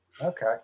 Okay